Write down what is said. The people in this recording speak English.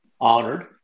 honored